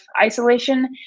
isolation